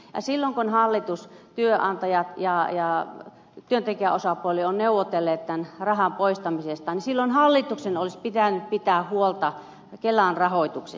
silloin kun hallitus työnantajat ja työntekijäosapuoli ovat neuvotelleet tämän rahan poistamisesta hallituksen olisi pitänyt pitää huolta kelan rahoituksesta